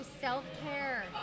self-care